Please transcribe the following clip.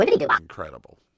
incredible